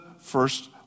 first